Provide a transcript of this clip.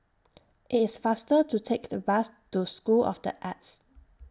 IT IS faster to Take The Bus to School of The Arts